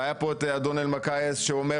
והיה פה את אדון אלמקאיס שהוא אומר